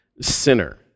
sinner